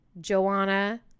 Joanna